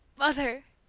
mother!